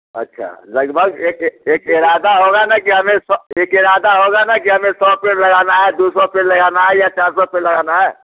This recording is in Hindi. अच्छा लगभग एक एक एक इरादा होगा ना कि हमें सौ एक इरादा होगा ना कि हमें सौ पेड़ लगाना है दो सौ पेड़ लगाना है या चार सौ पेड़ लगाना है